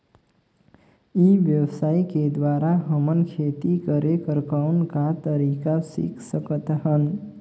ई व्यवसाय के द्वारा हमन खेती करे कर कौन का तरीका सीख सकत हन?